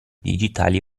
digitali